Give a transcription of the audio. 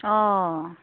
অঁ